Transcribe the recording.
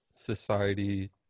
society